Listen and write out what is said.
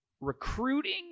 recruiting